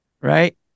Right